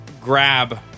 grab